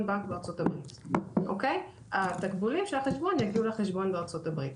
בנק בארצות הברית התקבולים של החשבון יגיעו לחשבון בארצות הברית.